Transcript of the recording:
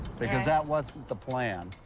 because that wasn't the plan.